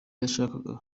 yashakaga